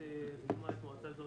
הדיון.